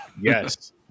Yes